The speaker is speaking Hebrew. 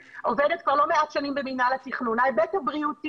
עובדת כבר לא מעט שנים במינהל התכנון ההיבט הבריאותי